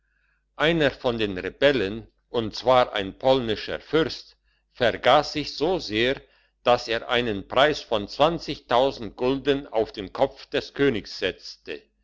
einer von den rebellern und zwar ein polnischer fürst vergass sich so sehr dass er einen preis von gulden auf den kopf des königs setzte